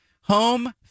Home